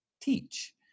teach